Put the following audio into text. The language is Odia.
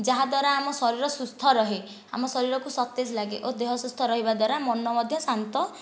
ଯାହାଦ୍ୱାରା ଆମ ଶରୀର ସୁସ୍ଥ ରୁହେ ଆମ ଶରୀରକୁ ସତେଜ ଲାଗେ ଓ ଦେହ ସୁସ୍ଥ ରହିବା ଦ୍ୱାରା ମନ ମଧ୍ୟ ଶାନ୍ତ